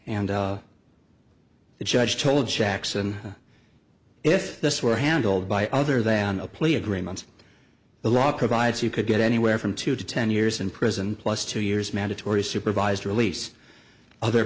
and the judge told jackson if this were handled by other than a plea agreement the law provides you could get anywhere from two to ten years in prison plus two years mandatory supervised release other